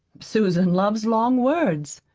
susan loves long words.